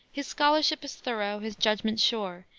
his scholarship is thorough, his judgment sure,